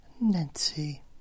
Nancy